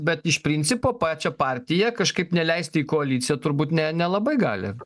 bet iš principo pačią partiją kažkaip neleisti į koaliciją turbūt ne nelabai gali